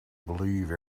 believe